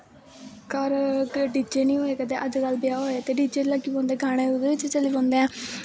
घर डी जे निं होए करदे हे अजकल्ल ब्याह् होऐ ते डी जे लग्गी पौंदे गाने ओह्दै च चली पौंदे ऐं